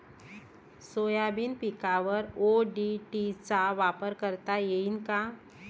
Soybean पिकावर ODT चा वापर करता येईन का?